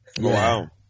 Wow